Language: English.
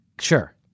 Sure